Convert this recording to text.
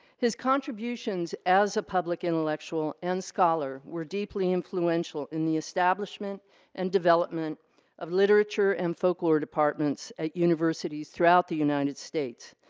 his contributions as a public intellectual and scholar were deeply influential in the establishment and development of literature and folklore departments at universities throughout the united states.